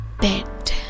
Bed